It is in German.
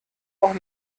auch